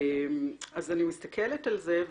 אז אני מסתכלת על זה.